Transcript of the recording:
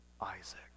Isaac